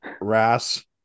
Rass